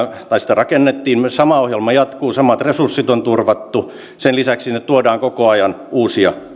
rakennettiin sama ohjelma jatkuu samat resurssit on turvattu sen lisäksi sinne tuodaan koko ajan uusia